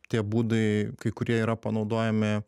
tie būdai kai kurie yra panaudojami